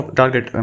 target